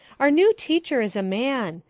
our new teacher is a man.